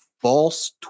false